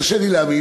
קשה לי להאמין.